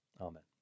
Amen